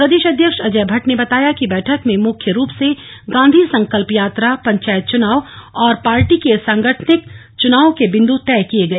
प्रदेश अध्यक्ष अजय भट्ट ने बताया कि बैठक में मुख्य रूप से गांधी संकल्प यात्रा पंचायत चुनाव और पार्टी के सांगठनिक चुनाव के बिंदु तय किए गए